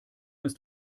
ist